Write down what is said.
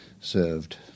served